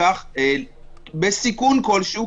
בסיכון כלשהו,